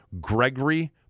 Gregory